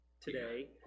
today